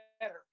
better